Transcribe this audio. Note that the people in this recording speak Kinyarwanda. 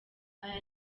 aya